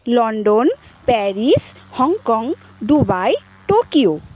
London Paris Hong Kong Dubai Tokyo